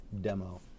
demo